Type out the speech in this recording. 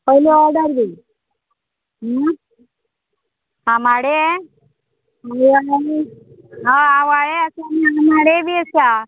पयली ऑर्डर दी आंबाडे आवाळे आ आवाळे आसा आनी आमाडे बी आसा